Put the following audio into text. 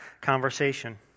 conversation